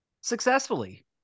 successfully